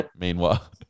meanwhile